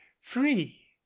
free